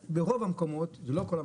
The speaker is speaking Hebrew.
ברוב המקומות זה לא כל המקומות,